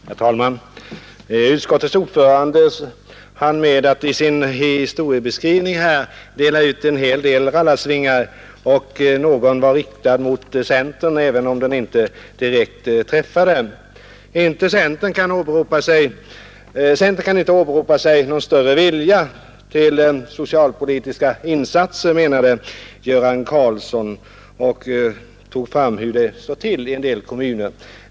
Herr talman! Utskottets ordförande hann med att i sin historieskrivning dela ut en hel del rallarsvingar, och någon var riktad mot centern, även om den inte direkt träffade. Centern kan inte åberopa sig på någon större vilja till socialpolitiska insatser, menade herr Göran Karlsson och nämnde hur det stod till i en del kommuner.